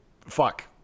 Fuck